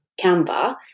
Canva